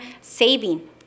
saving